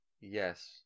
Yes